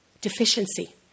Deficiency